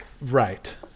Right